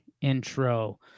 intro